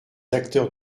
acteurs